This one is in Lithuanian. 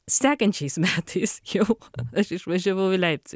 sekančiais metais jau aš išvažiavau į leipci